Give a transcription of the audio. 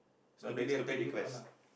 the one I tell you that day that one lah